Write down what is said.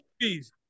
please